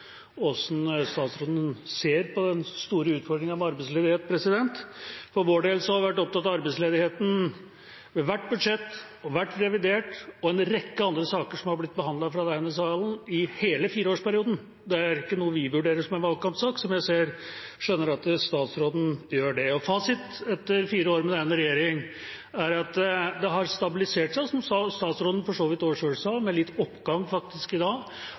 statsråden ser på den store utfordringen med arbeidsledighet. For vår del har vi vært opptatt av arbeidsledigheten ved hvert budsjett og hvert revidert og en rekke andre saker som har blitt behandlet i denne salen, i hele fireårsperioden. Det er ikke noe vi vurderer som en valgkampsak, slik jeg skjønner at statsråden gjør. Fasit etter fire år med denne regjeringa er at det har stabilisert seg, og som statsråden for så vidt også selv sa, med litt oppgang i dag